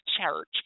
church